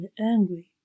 angry